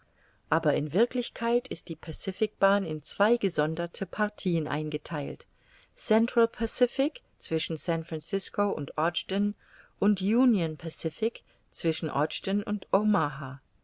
aber in wirklichkeit ist die pacific bahn in zwei gesonderte partien eingetheilt central pacific zwischen san francisco und ogden und union pacific zwischen ogden und